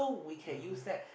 (uh huh)